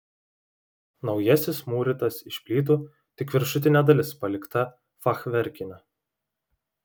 naujasis mūrytas iš plytų tik viršutinė dalis palikta fachverkinė